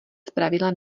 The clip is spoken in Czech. zpravidla